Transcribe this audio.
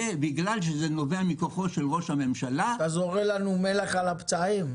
ובגלל שזה נובע מכוחו של ראש הממשלה --- אתה זורה לנו מלח על הפצעים.